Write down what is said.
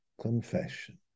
confession